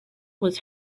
was